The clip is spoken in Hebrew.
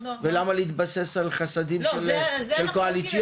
נוער ולמה להתבסס על חסדים קואליציוניים?